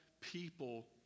people